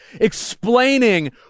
explaining